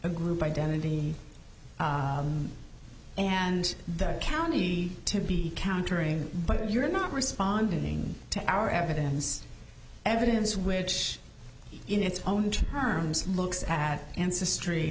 and group identity and that county to be countering but you're not responding to our evidence evidence which in its own terms looks at ancestry